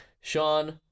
Sean